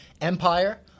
Empire